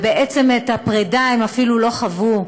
בעצם את הפרדה הם אפילו לא חוו.